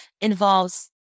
involves